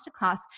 masterclass